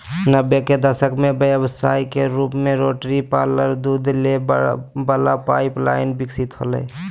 नब्बे के दशक में व्यवसाय के रूप में रोटरी पार्लर दूध दे वला पाइप लाइन विकसित होलय